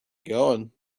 going